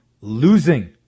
losing